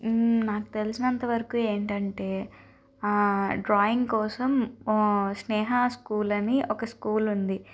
నాకు తెలిసినంతవరకు ఏంటంటే డ్రాయింగ్ కోసం స్నేహ స్కూల్ అని ఒక స్కూల్ ఉంది